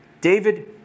David